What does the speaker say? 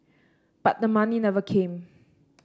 but the money never came